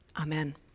Amen